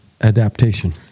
adaptation